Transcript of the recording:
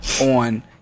on